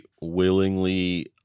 willingly